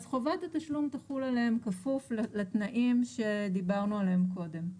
אז חובת התשלום תחול עליהם כפוף לתנאים שדיברנו עליהם קודם.